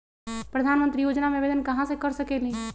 प्रधानमंत्री योजना में आवेदन कहा से कर सकेली?